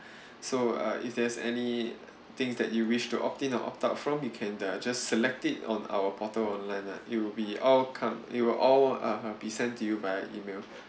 so uh if there is any things that you wish to opt in or opt out from you can uh just select it on our portal online lah it will be all come it will all (uh huh) be sent to you via email